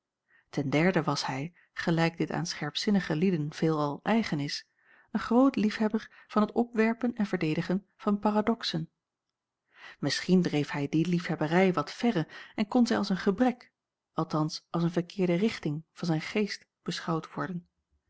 was hij gelijk dit aan scherpzinnige lieden veelal eigen is een groot liefhebber van het opwerpen en verdedigen van paradoxen misschien dreef hij die liefhebberij wat verre en kon zij als een gebrek althans als een verkeerde richting van zijn geest beschouwd worden